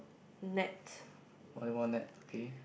net